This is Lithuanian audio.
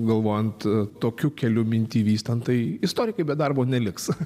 galvojant tokiu keliu mintį vystant tai istorikai be darbo neliks